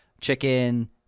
chicken